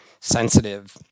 sensitive